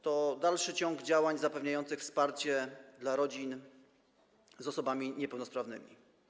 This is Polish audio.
To dalszy ciąg działań zapewniających wsparcie dla rodzin z osobami niepełnosprawnymi.